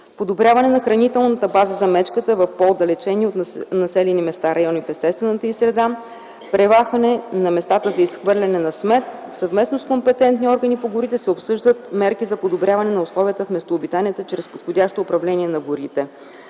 подобряване на хранителната база за мечката в по-отдалечени от населени места райони в естествената им среда, премахване на местата за изхвърляне на смет, съвместно с компетентни органи по горите се обсъждат мерки за подобряване на условията в местообитанията чрез подходящо управление на горите.